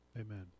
Amen